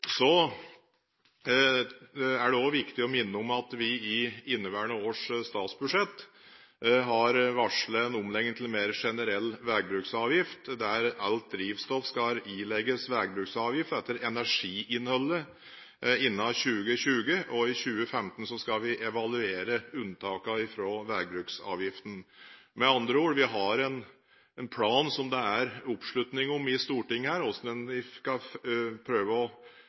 Så er det også viktig å minne om at vi i inneværende års statsbudsjett har varslet en omlegging til en mer generell veibruksavgift, der alt drivstoff skal ilegges veibruksavgift etter energiinnholdet innen 2020, og at vi i 2015 skal evaluere unntakene fra veibruksavgiften. Med andre ord: Vi har en plan som det er oppslutning om i Stortinget – hvordan vi skal prøve å